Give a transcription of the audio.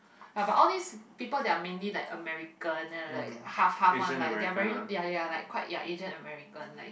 yeah how about all this people that are mainly like a American and then like half half one like they are very they are they are like quite ya Asian American like